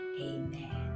amen